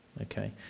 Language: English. Okay